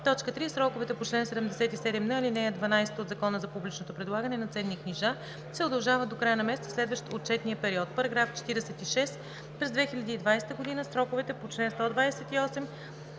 г.; 3. сроковете по чл. 77н, ал. 12 от Закона за публичното предлагане на ценни книжа се удължават до края на месеца, следващ отчетния период. § 46. През 2020 г. сроковете по чл. 128,